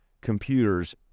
computers